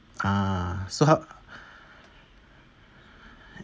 ah so how